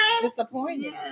disappointed